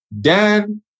Dan